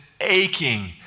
aching